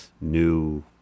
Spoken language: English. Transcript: new